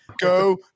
go